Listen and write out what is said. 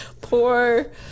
Poor